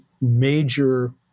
major